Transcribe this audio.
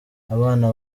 abana